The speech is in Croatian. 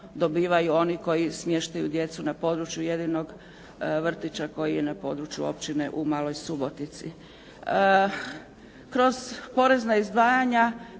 dobivaju oni koji smještaju djecu na području jedinog vrtića koji je na području općine u Maloj Subotici. Kroz porezna izdvajanja